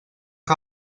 que